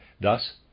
Thus